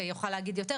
יוכל לומר טוב יותר